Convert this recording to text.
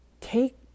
take